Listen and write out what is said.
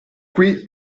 qui